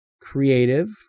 creative